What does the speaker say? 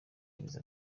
yagize